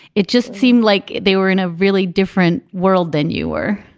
it just seemed like they were in a really different world than you were,